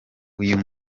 uyu